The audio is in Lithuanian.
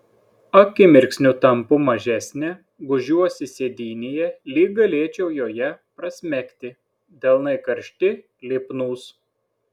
akimirksniu tampu mažesnė gūžiuosi sėdynėje lyg galėčiau joje prasmegti delnai karšti lipnūs